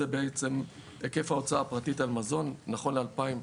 זה בעצם היקף ההוצאה הפרטית על מזון נכון ל-2018.